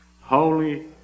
Holy